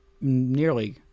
nearly